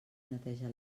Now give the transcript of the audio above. neteja